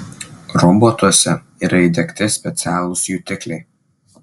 robotuose yra įdiegti specialūs jutikliai